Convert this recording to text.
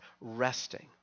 resting